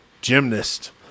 gymnast